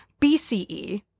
BCE